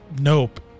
Nope